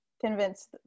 convince